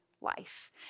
life